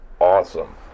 awesome